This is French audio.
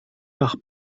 par